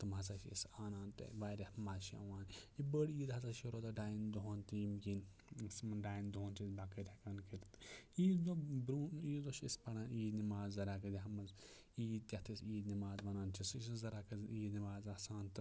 تِم ہَسا چھِ أسۍ اَنان تہٕ واریاہ مَزٕ چھِ یِوان یہِ بٔڈ عیٖد ہَسا چھِ روزان ڈایَن دۄہَن تہٕ ییٚمہِ کِنۍ أسۍ یِمن ڈایَن دۄہَن چھِ أسۍ بَکر عیٖد ہٮ۪کان کٔرِتھ عیٖدٕ دۄہ برٛونٛہہ عیٖد دۄہ چھِ أسۍ پَران عیٖد نٮ۪ماز زَرعکدہ منٛز عیٖد یَتھ أسۍ عیٖد نٮ۪ماز وَنان چھِ سُہ چھِ زَرعک عیٖد نٮ۪ماز آسان تہٕ